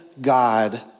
God